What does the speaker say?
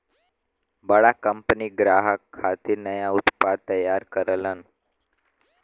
बड़ा कंपनी ग्राहक खातिर नया उत्पाद तैयार करलन